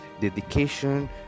dedication